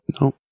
no